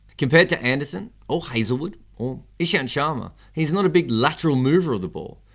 compared to anderson or hazlewood, or ishant sharma, he's not a big lateral mover of the ball.